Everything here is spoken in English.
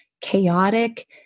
chaotic